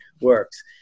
works